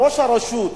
ראש הרשות,